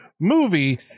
movie